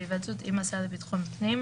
בהיוועצות עם השר לביטחון פנים,